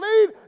lead